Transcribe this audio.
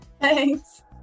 Thanks